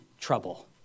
trouble